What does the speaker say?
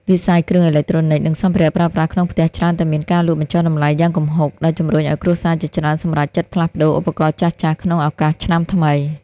វិស័យគ្រឿងអេឡិចត្រូនិក និងសម្ភារៈប្រើប្រាស់ក្នុងផ្ទះច្រើនតែមានការលក់បញ្ចុះតម្លៃយ៉ាងគំហុក ដែលជំរុញឱ្យគ្រួសារជាច្រើនសម្រេចចិត្តផ្លាស់ប្តូរឧបករណ៍ចាស់ៗក្នុងឱកាសឆ្នាំថ្មី។